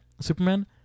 Superman